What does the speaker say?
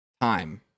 time